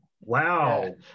wow